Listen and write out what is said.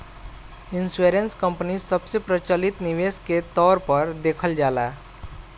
insurance company सबसे प्रचलित निवेश के तौर पर देखल जाला